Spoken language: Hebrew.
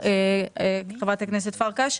חברת הכנסת פרקש,